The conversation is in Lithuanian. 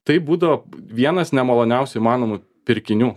tai būdavo vienas nemaloniausių įmanomų pirkinių